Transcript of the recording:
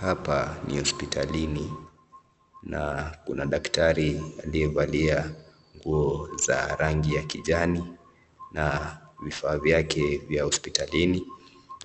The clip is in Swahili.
Hapa ni hospitalini na kuna daktari aliyevalia nguo za rangi ya kijani na vifaa vyake vya hospitalini